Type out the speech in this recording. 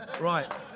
Right